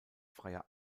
freier